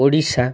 Odisha